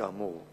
כאמור.